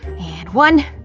and one,